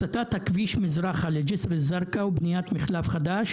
הסטת הכביש מזרחה, לג'סר א-זרקא, ובניית מחלף חדש